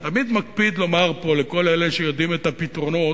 אני תמיד מקפיד לומר פה לכל אלה שיודעים את הפתרונות,